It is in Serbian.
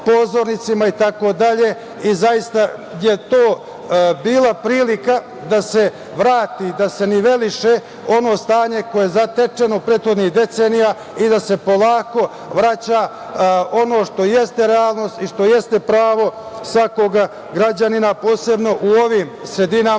pozornicima itd, i zaista je to bila prilika da se vrati, da se niveliše ono stanje koje je zatečeno prethodnih decenija i da se polako vraća ono što jeste realnost i što jeste pravo svakog građanina, posebno u ovim sredinama